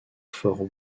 for